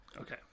Okay